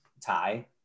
tie